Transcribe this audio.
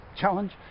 Challenge